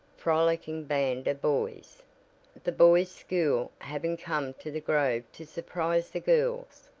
frolicking band of boys the boys' school having come to the grove to surprise the girls,